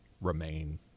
remain